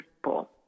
people